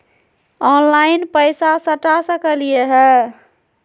Online पैसा सटा सकलिय है?